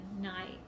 night